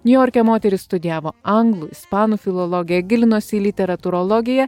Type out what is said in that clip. niujorke moteris studijavo anglų ispanų filologiją gilinosi į literatūrologiją